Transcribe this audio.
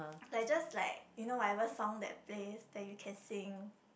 like just like you know whatever song that plays then you can sing